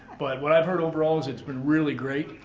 but what i've heard overall is it's been really great.